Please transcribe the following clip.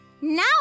Now